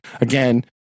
again